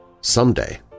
someday